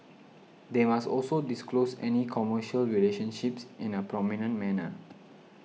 they must also disclose any commercial relationships in a prominent manner